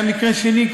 היה מקרה שני,